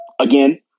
again